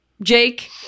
Jake